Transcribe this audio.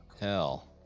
hell